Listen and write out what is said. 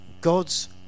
God's